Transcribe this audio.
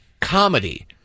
comedy